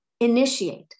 Initiate